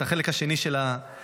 את החלק השני של המשוואה.